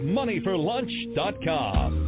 moneyforlunch.com